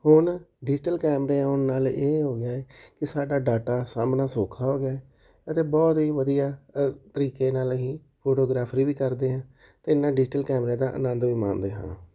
ਹੁਣ ਡਿਜ਼ੀਟਲ ਕੈਮਰੇ ਆਉਣ ਨਾਲ ਇਹ ਹੋ ਗਿਆ ਹੈ ਕਿ ਸਾਡਾ ਡਾਟਾ ਸਾਂਭਣਾ ਸੌਖਾ ਹੋ ਗਿਆ ਅਤੇ ਬਹੁਤ ਹੀ ਵਧੀਆ ਤਰੀਕੇ ਨਾਲ ਅਸੀਂ ਫੋਟੋਗ੍ਰਾਫਰੀ ਵੀ ਕਰਦੇ ਹਾਂ ਅਤੇ ਇਹਨਾਂ ਡਿਜ਼ੀਟਲ ਕੈਮਰਿਆਂ ਦਾ ਆਨੰਦ ਵੀ ਮਾਣਦੇ ਹਾਂ